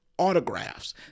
autographs